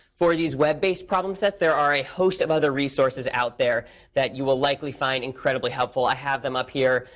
for these web-based problem sets, there are a host of other resources out there that you will likely find incredibly helpful. i have them up here.